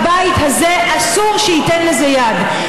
הבית הזה, אסור שייתן לזה יד.